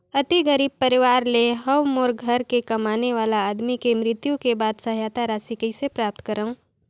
अति गरीब परवार ले हवं मोर घर के कमाने वाला आदमी के मृत्यु के बाद सहायता राशि कइसे प्राप्त करव?